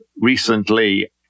recently